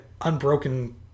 unbroken